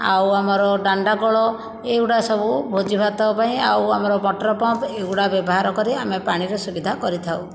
ଆଉ ଆମର ଦାଣ୍ଡାକଳ ଏଇ ଗୁଡ଼ା ସବୁ ଭୋଜି ଭାତ ପାଇଁ ଆଉ ଆମର ମଟର ପମ୍ପ ଏଇଗୁଡ଼ା ବ୍ୟବହାର କରି ଆମେ ପାଣିର ସୁବିଧା କରିଥାଉ